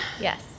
Yes